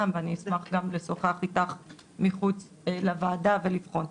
ואני אשמח גם לשוחח איתך מחוץ לוועדה ולבחון.